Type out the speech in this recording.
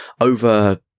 over